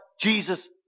Jesus